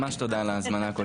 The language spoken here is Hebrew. ההזמנה.